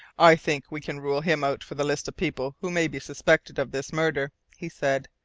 i think we can rule him out from the list of people who may be suspected of this murder, he said.